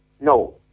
no